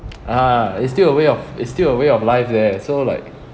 ah it's still a way of it's still a way of life leh so like